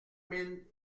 mille